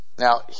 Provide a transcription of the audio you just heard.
Now